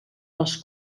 les